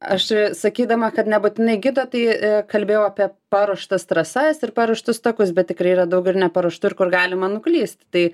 aš sakydama kad nebūtinai gido tai kalbėjau apie paruoštas trasas ir paruoštus takus bet tikrai yra daug ir neparuoštų ir kur galima nuklyst tai